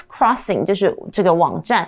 Crossing,就是这个网站